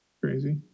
crazy